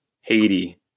Haiti